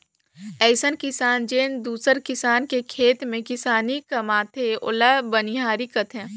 अइसन किसान जेन दूसर किसान के खेत में किसानी कमाथे ओला बनिहार केहथे